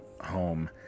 home